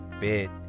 bed